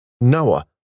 Noah